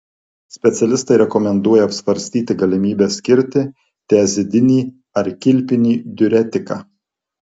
specialistai rekomenduoja apsvarstyti galimybę skirti tiazidinį ar kilpinį diuretiką